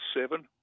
seven